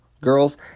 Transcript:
Girls